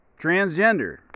transgender